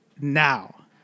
now